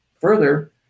further